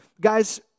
Guys